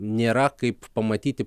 nėra kaip pamatyti